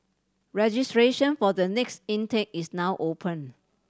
registration for the next intake is now open